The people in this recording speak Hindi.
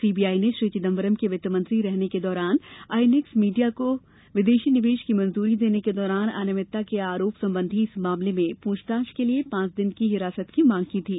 सीबीआई ने श्री चिदम्बरम के वित्तमंत्री रहने के दौरान आईएनएक्स मीडिया को विदेशी निवेश की मंजूरी देने के दौरान अनियमितता के आरोप संबंधी इस मामले में पुछताछ के लिए पांच दिन की हिरासत की मांग की थी